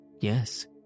Yes